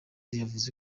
yavuze